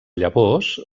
llavors